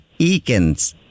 Eakins